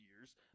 years